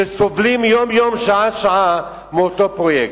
שסובלים יום-יום ושעה-שעה מאותו פרויקט.